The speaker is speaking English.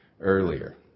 earlier